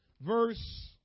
verse